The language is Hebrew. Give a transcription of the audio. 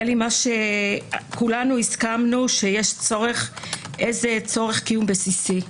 כולנו הסכמנו שיש צורך קיום בסיסי,